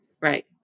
right